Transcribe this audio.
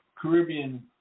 caribbean